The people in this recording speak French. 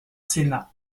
sénat